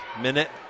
minute